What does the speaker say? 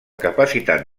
capacitat